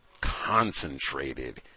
concentrated